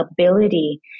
ability